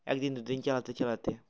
এক দিন দু দিন চলাতে চলাতে